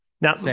Now